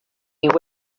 you